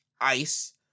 ICE